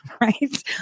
right